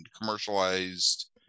commercialized